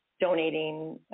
donating